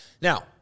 Now